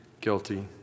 guilty